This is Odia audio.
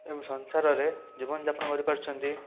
ଏବଂ ସଂସାରରେ ଜୀବନଯାପନ କରିପାରୁଛନ୍ତି